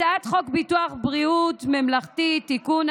הצעת חוק ביטוח בריאות ממלכתי (תיקון,